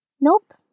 Nope